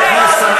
חברי הכנסת,